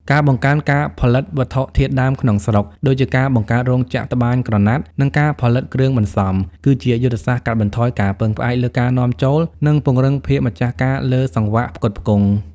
ការបង្កើនការផលិតវត្ថុធាតុដើមក្នុងស្រុក ដូចជាការបង្កើតរោងចក្រត្បាញក្រណាត់ និងការផលិតគ្រឿងបន្សំ គឺជាយុទ្ធសាស្ត្រកាត់បន្ថយការពឹងផ្អែកលើការនាំចូល និងពង្រឹងភាពម្ចាស់ការលើសង្វាក់ផ្គត់ផ្គង់។